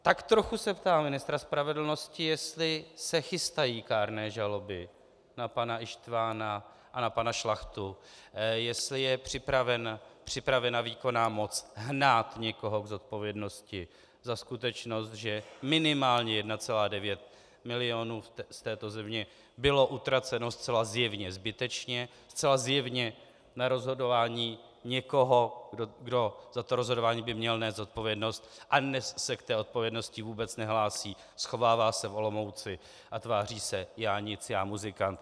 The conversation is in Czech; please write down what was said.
Tak trochu se ptám ministra spravedlnosti, jestli se chystají kárné žaloby na pana Ištvana a na pana Šlachtu, jestli je připravena výkonná moc hnát někoho k zodpovědnosti za skutečnost, že minimálně 1,9 mil. z této země bylo utraceno zcela zjevně zbytečně, zcela zjevně na rozhodování někoho, kdo za to rozhodování by měl nést zodpovědnost a dnes se k té odpovědnosti vůbec nehlásí, schovává se v Olomouci a tváří se: Já nic, já muzikant.